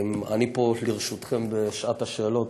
אני פה לרשותכם בשעת השאלות.